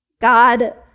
God